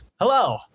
Hello